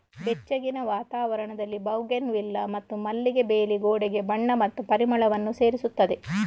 ಬೆಚ್ಚಗಿನ ವಾತಾವರಣದಲ್ಲಿ ಬೌಗೆನ್ವಿಲ್ಲಾ ಮತ್ತು ಮಲ್ಲಿಗೆ ಬೇಲಿ ಗೋಡೆಗೆ ಬಣ್ಣ ಮತ್ತು ಪರಿಮಳವನ್ನು ಸೇರಿಸುತ್ತದೆ